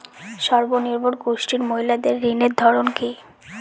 স্বনির্ভর গোষ্ঠীর মহিলাদের ঋণের ধরন কি?